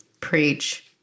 Preach